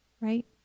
right